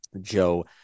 Joe